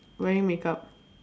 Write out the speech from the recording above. wearing makeup